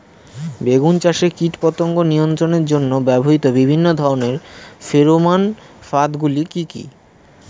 বেগুন চাষে কীটপতঙ্গ নিয়ন্ত্রণের জন্য ব্যবহৃত বিভিন্ন ধরনের ফেরোমান ফাঁদ গুলি কি কি?